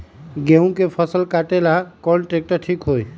गेहूं के फसल कटेला कौन ट्रैक्टर ठीक होई?